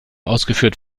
ausgeführt